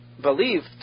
believed